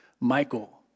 Michael